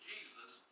Jesus